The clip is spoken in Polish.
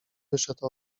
wyszedł